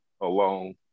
alone